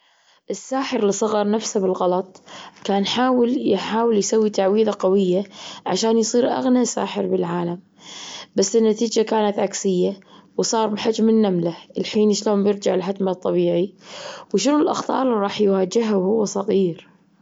الساحر اللي صغر نفسه بالغلط كان حاول- يحاول يسوي تعويذة قوية عشان يصير أغنى ساحر بالعالم، بس النتيجة كانت عكسية وصار بحجم النملة. الحين شلون بيرجع لحجمة الطبيعي؟ وشنو الأخطار اللي راح يواجهها وهو صغير؟